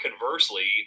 conversely